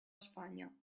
espanya